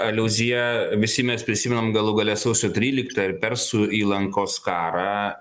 aliuziją visi mes prisimenam galų gale sausio tryliktą ir persų įlankos karą